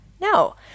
no